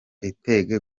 intege